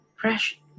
Fresh